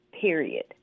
Period